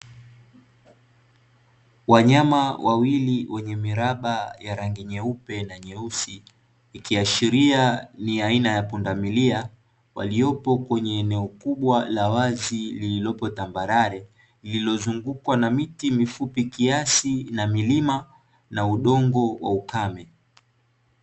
Wanyama wawili wenye miraba ya rangi nyeupe na nyeusi, ikiashiria ni aina ya pundamilia, waliopo kwenye eneo kubwa la wazi lililopo tambarare, lililozungukwa na miti mifupi kiasi na milima na udongo wa ukame.